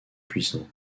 puissant